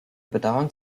bedauern